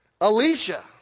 Alicia